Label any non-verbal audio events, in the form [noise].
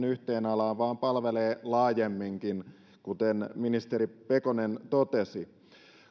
[unintelligible] yhteen alaan vaan palvelee laajemminkin kuten ministeri pekonen totesi